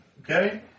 Okay